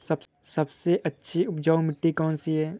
सबसे अच्छी उपजाऊ मिट्टी कौन सी है?